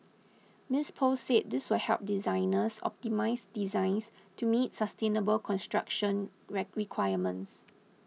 Miss Poh said this will help designers optimise designs to meet sustainable construction requirements